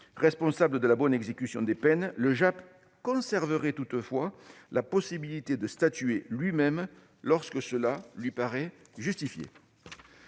Responsable de la bonne exécution des peines, le JAP conserverait toutefois la possibilité de statuer lui-même, lorsque cela lui paraît justifié.